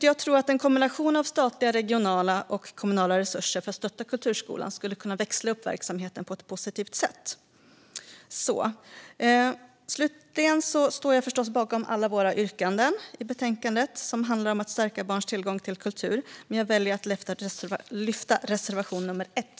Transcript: Jag tror att en kombination av statliga, regionala och kommunala resurser för att stötta kulturskolan skulle kunna växla upp verksamheten på ett positivt sätt. Jag står förstås bakom alla våra yrkanden i betänkandet som handlar om att stärka barns tillgång till kultur men väljer att yrka bifall endast till reservation nummer 1.